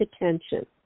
attention